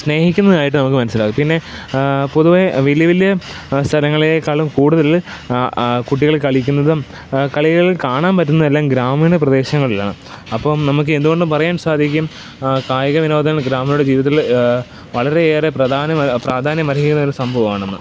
സ്നേഹിക്കുന്നതായിട്ട് നമുക്ക് മനസ്സിലാവും പിന്നെ പൊതുവേ വലിയ വലിയ സ്ഥലങ്ങളെക്കാളും കൂടുതൽ കുട്ടികൾ കളിക്കുന്നതും കളികൾ കാണാൻ പറ്റുന്നതും എല്ലാം ഗ്രാമീണ പ്രദേശങ്ങളിലാണ് അപ്പം നമുക്കെന്ത് കൊണ്ടും പറയാൻ സാധിക്കും കായിക വിനോദങ്ങൾ ഗ്രാമീണരുടെ ജീവിതത്തിൽ വളരെ ഏറെ പ്രധാന പ്രാധാന്യം അർഹിക്കുന്നൊരു സംഭവമാണെന്ന്